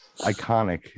Iconic